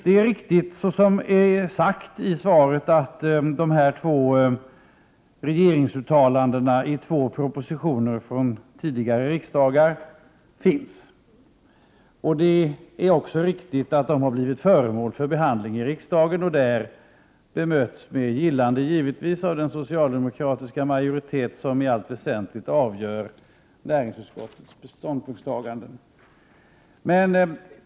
Det är riktigt som det sägs i svaret att det finns två regeringsuttalanden i två propositioner från tidigare riksmöten. Det är även riktigt att de har blivit föremål för behandling i riksdagen. De bemöttes då givetvis med gillande av den socialdemokratiska majoritet som i allt väsentligt avgör näringsutskottets ståndpunktstaganden.